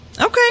Okay